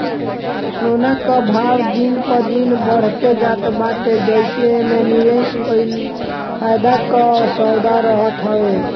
सोना कअ भाव दिन प दिन बढ़ते जात बाटे जेसे एमे निवेश कईल फायदा कअ सौदा रहत हवे